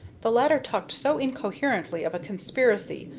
the latter talked so incoherently of a conspiracy,